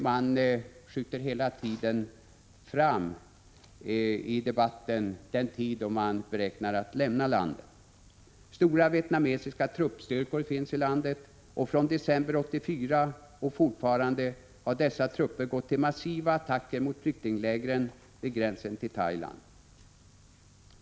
Man skjuter hela tiden fram den tidpunkt då man beräknar att lämna landet. Stora vietnamesiska truppstyrkor finns i landet, och sedan december 1984 har dessa trupper gått till massiva attacker mot flyktinglägren vid gränsen till Thailand.